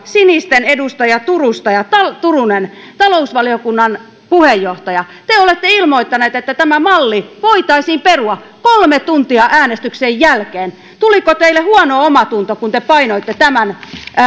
sinisten edustaja turunen talousvaliokunnan puheenjohtaja olette ilmoittanut että tämä malli voitaisiin perua kolme tuntia äänestyksen jälkeen tuliko teille huono omatunto kun te painoitte tämän